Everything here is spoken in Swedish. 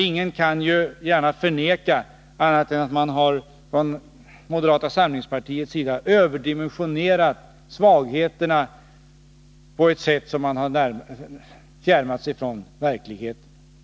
Ingen kan gärna förneka att man från moderata samlingspartiets sida har överdimensionerat svagheterna på ett sådant sätt att man fjärmar sig från verkligheten.